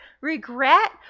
regret